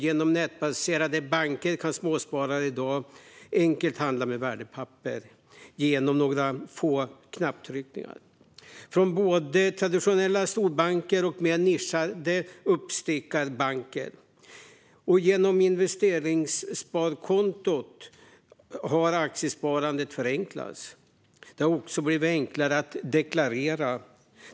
Genom nätbaserade banker kan småsparare i dag enkelt handla med värdepapper genom några få knapptryckningar, från både traditionella storbanker och mer nischade uppstickarbanker. Genom investeringssparkontot har aktiesparandet förenklats. Det har också blivit enklare att deklarera.